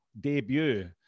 debut